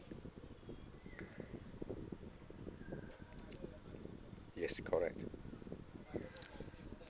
yes correct